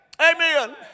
Amen